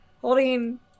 holding